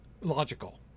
logical